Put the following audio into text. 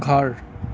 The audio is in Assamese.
ঘৰ